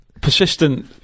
persistent